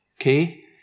Okay